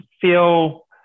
feel